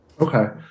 Okay